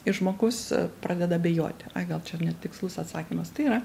ir žmogus pradeda abejoti ai gal čia netikslus atsakymas tai yra